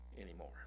anymore